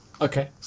Okay